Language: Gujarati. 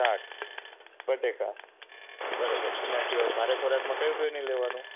શાક બટાકા બરાબર એના સિવાય ભારે ખોરાકમાં કયું કયું નહીં લેવાનું